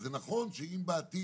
אז זה נכון שבעתיד,